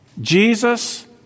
Jesus